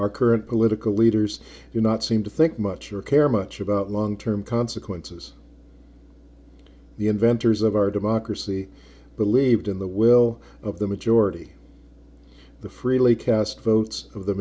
our current political leaders do not seem to think much or care much about long term consequences the inventors of our democracy believed in the will of the majority the freely cast votes of the